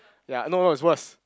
ya no no it's worse